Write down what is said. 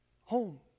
home